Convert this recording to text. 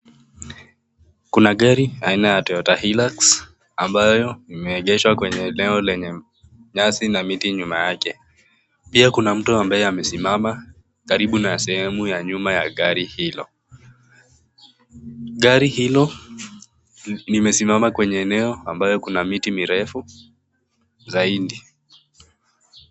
Kuna gari aina ya Toyota Hilux ambayo imeegeshwa kwenye eneo lenye nyasi na miti nyuma yake. Pia kuna mtu ambaye amesimama karibu na sehemu ya nyuma ya gari hilo. Gari hilo limesimama kwenye eneo ambayo kuna miti mirefu zaidi.